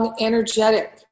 energetic